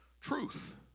Truth